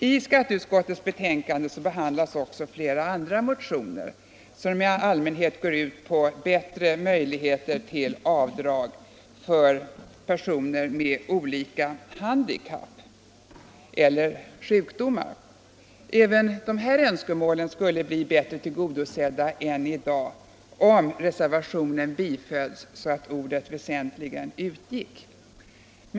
I skatteutskottets betänkande behandlas också flera andra motioner som i allmänhet går ut på bättre möjligheter till avdrag för personer med olika handikapp eller sjukdomar. Även de här önskemålen skulle bli bättre tillgodosedda än i dag om reservationen bifölls så att ordet ”väsentligen” utgick.